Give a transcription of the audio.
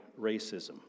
racism